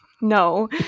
no